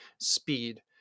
speed